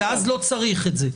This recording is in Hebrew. -- ואז לא צריך את זה.